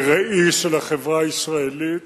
זה ראי של החברה הישראלית,